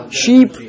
sheep